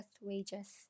wages